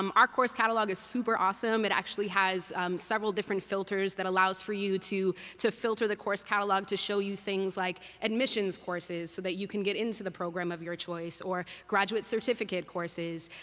um our course catalog is super awesome. it actually has several different filters that allows for you to to filter the course catalog to show you things like admissions courses so that you can get into the program of your choice, or graduate certificate courses.